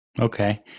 Okay